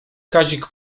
kazik